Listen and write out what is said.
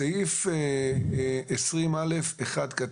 בסעיף 20א(1)